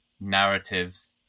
narratives